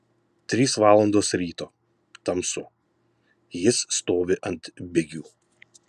trys valandos ryto tamsu jis stovi ant bigių